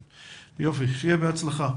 יופי, שיהיה בהצלחה.